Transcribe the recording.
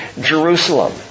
Jerusalem